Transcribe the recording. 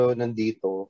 nandito